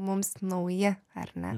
mums nauji ar ne